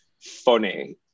funny